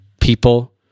people